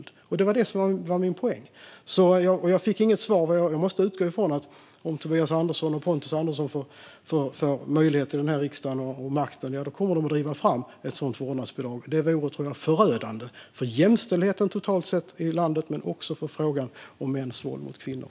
Det var det som var min poäng, men jag fick inget svar. Jag måste utgå från att om Tobias Andersson och Pontus Andersson får makten och möjligheten här i riksdagen kommer de att driva fram ett sådant vårdnadsbidrag. Det tror jag vore förödande, både för jämställdheten totalt sett i landet och för frågan om mäns våld mot kvinnor.